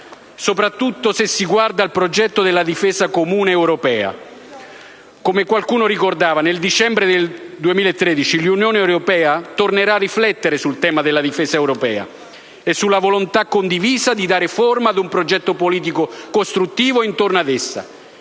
soprattutto se si guarda al progetto della difesa comune europea. Come qualcuno ricordava, nel dicembre 2013 l'Unione europea tornerà a riflettere sul tema della difesa europea e sulla volontà condivisa di dare forma ad un progetto politico costruito intorno ad essa,